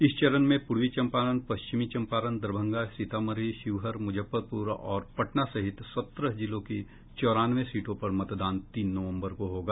इस चरण में पूर्वी चंपारण पश्चिमी चंपारण दरभंगा सीतामढ़ी शिवहर मुजफ्फरपुर और पटना सहित सत्रह जिलों की चौरानवे सीटों पर मतदान तीन नवम्बर को होगा